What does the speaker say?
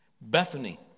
Bethany